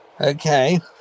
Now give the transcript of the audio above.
Okay